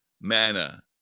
manna